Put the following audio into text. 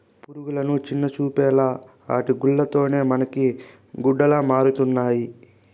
పురుగులని చిన్నచూపేలా ఆటి గూల్ల తోనే మనకి గుడ్డలమరుతండాయి